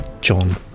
John